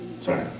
Sorry